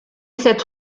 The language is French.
cette